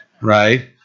right